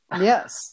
Yes